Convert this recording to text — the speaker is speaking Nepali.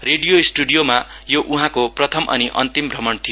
रेडीयो स्टुडीयोमा यो उहाँको प्रथम अनि अन्तिम भ्रमण थियो